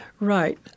Right